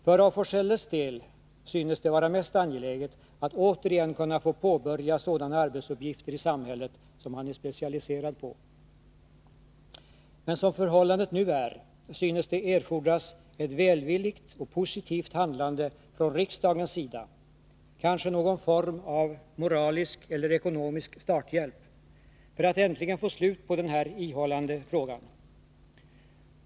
För af Forselles del synes det vara mest angeläget att återigen kunna få påbörja sådana arbetsuppgifter i samhället som han är specialiserad på. Men som förhållandet nu är synes det erfordras ett välvilligt och positivt handlande från riksdagens sida — kanske någon form av moralisk eller ekonomisk starthjälp — för att äntligen få slut på det här ihållande ärendet.